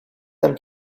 them